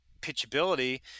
pitchability